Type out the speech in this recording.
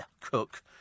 cook